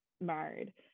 married